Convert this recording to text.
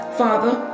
father